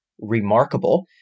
remarkable